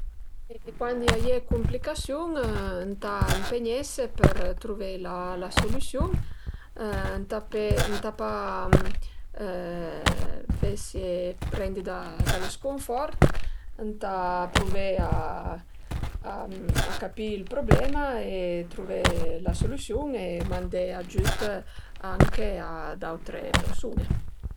Cuandi a ie 'd cumplicasiun ëntà ëmpegnese për truvé la solüsiun, ëntà pe ëntà pa fese prendi da lë scunfort, ëntà pruvé a a capì ël prublema e truvé la solüsiun e mandé agiüt anche a d'autre persun-e